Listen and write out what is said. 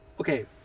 Okay